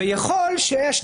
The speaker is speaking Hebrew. ויכול שיש.